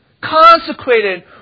consecrated